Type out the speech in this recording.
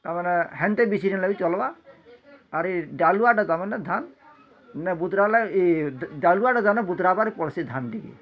ତା ମାନେ ହେନ୍ତେ ବିଶେଷ ନାଇ ଚଲ୍ବା ଆରି ଡାଳୁଆଟା ତାମାନେ ଧାନ୍ ନା ବୁତୁରାଲେ ଇ ଡାଳୁଆଟା ଯାନ ବତୁରାବାର୍ ପଡ଼୍ସି ଧାନ୍ ଟିକେ